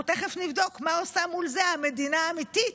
אנחנו תכף נבדוק מה עושה מול זה המדינה האמיתית,